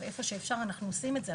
ואיפה שאפשר אנחנו עושים את זה.